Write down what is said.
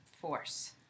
force